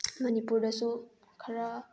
ꯃꯅꯤꯄꯨꯔꯗꯁꯨ ꯈꯔ